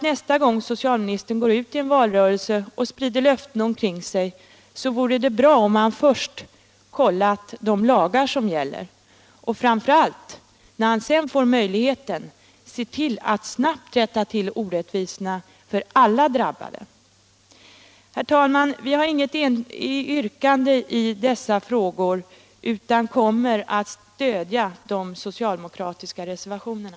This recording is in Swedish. Nästa gång socialministern sprider löften omkring sig vore det bra om han först kollat de lagar som gäller och framför allt, när han sedan får möjligheten, ser till att snabbt rätta till orättvisorna för alla drabbade. Herr talman! Vi har inget yrkande i dessa frågor utan kommer att stödja de socialdemokratiska reservationerna.